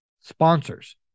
Sponsors